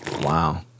Wow